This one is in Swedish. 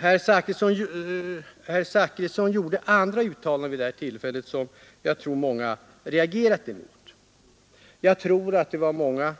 Herr Zachrisson gjorde också andra uttalanden vid det här tillfället som jag tror att många har reagerat mot. Jag tror att det var många